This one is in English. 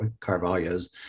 Carvalho's